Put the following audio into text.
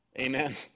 Amen